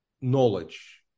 knowledge